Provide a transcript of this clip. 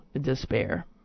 despair